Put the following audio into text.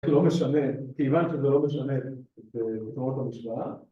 ‫כי לא משנה, ‫מכיוון שזה לא משנה בתאוריית המשוואה.